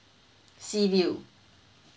sea view